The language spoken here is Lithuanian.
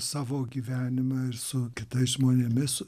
savo gyvenime ir su kitais žmonėmis